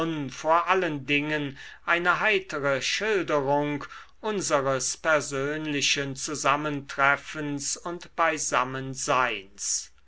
vor allen dingen eine heitere schilderung unseres persönlichen zusammentreffens und beisammenseins